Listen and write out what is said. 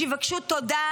שיבקשו תודה,